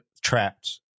trapped